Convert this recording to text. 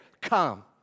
Come